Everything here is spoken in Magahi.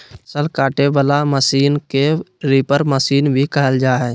फसल काटे वला मशीन के रीपर मशीन भी कहल जा हइ